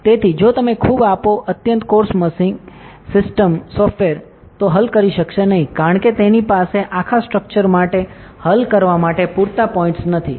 તેથી જો તમે ખૂબ આપો અત્યંત કોર્સ મેશિંગ સિસ્ટમ સ theફ્ટવેર હલ કરી શકશે નહીં કારણ કે તેની પાસે આખા સ્ટ્રક્ચર માટે હલ કરવા માટે પૂરતા પોઇન્ટ્સ નથી